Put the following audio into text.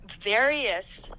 various